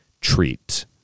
treat